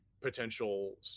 potential